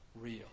real